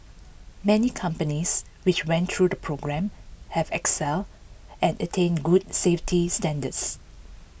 many companies which went through the programme have excel and attained good safety standards